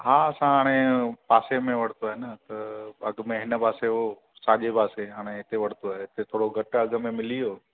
हा असां हाणे पासे में वरितो आहे न त अघि में हिन पासे हो साॼे पासे हाणे वरितो आहे त थोरो घटि अघि में मिली वियो